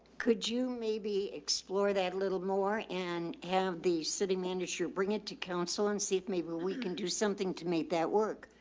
could you maybe explore that a little more and have the city manager bring it to council and see if maybe we can do something to make that work?